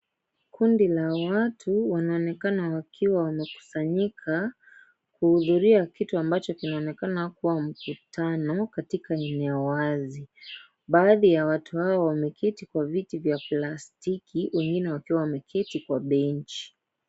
Kundi la watu, wanaonekana wakiwa wamekusanyika ,kuhudhuria kitu ambacho kinaonekana kuwa mkutano katika eneo wazi. Baadhi ya watu hawa wameketi kwa viti vya plastiki, wengine wakiwa wameketi kwa benchi.